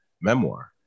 memoir